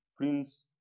Prince